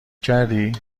کردی